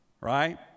right